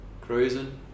cruising